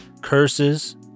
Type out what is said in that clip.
curses